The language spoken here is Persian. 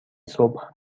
صبح